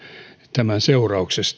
tämän seurauksena